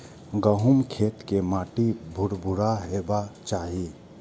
गहूमक खेत के माटि भुरभुरा हेबाक चाही